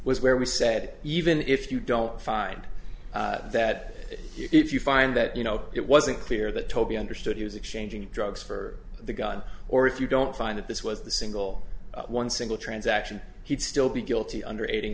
was where we said even if you don't find that if you find that you know it wasn't clear that toby understood he was exchanging drugs for the gun or if you don't find that this was the single one single transaction he'd still be guilty under aiding